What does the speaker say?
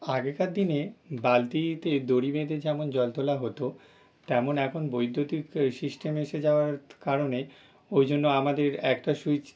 আগেকার দিনে বালতিতে দড়ি বেঁধে যেমন জল তোলা হতো তেমন এখন বৈদ্যুতিক সিস্টেম এসে যাওয়ার কারণে ওই জন্য আমাদের একটা স্যুইচ